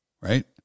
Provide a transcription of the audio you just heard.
right